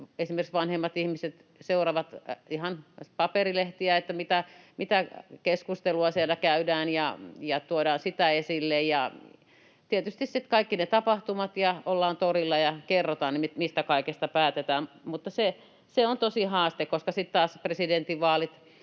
Esimerkiksi vanhemmat ihmiset seuraavat ihan paperilehdistä, mitä keskustelua siellä käydään, ja tuodaan sitä esille. Tietysti sitten on kaikki ne tapahtumat, ja ollaan torilla ja kerrotaan, mistä kaikesta päätetään. Mutta se on tosi haaste, koska sitten taas